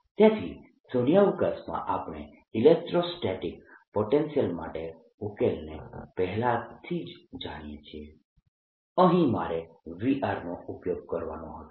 તેથી શૂન્યાવકાશમાં આપણે ઇલેક્ટ્રોસ્ટેટિક પોટેન્શિયલ માટેના ઉકેલને પહેલાથી જ જાણીએ છીએ અહીં મારે Vr નો ઉપયોગ કરવાનો હતો